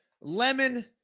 lemon